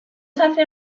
hacen